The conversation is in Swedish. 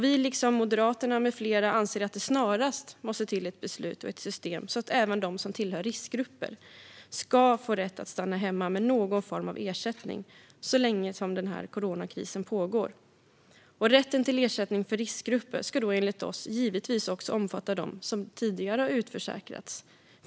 Vi liksom Moderaterna med flera anser att det snarast måste till ett beslut och ett system så att även de som tillhör riskgrupper ska få rätt att stanna hemma med någon form av ersättning så länge som coronakrisen pågår. Rätten till ersättning för riskgrupper ska enligt oss givetvis omfatta dem som tidigare utförsäkrats.